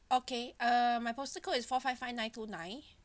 okay uh my postal code is four five five nine two nine